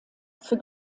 für